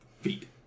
feet